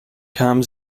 kam